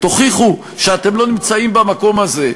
תוכיחו שאתם לא נמצאים במקום הזה,